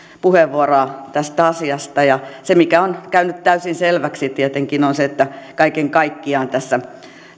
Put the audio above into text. puheenvuoroa tästä asiasta ja se mikä on käynyt täysin selväksi tietenkin on se että kaiken kaikkiaan tässä